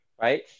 right